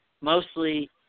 mostly